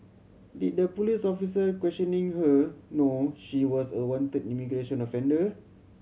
did the police officer questioning her know she was a wanted immigration offender